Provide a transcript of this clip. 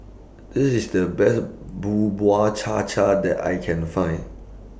This IS The Best Cha Cha that I Can Find